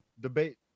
debate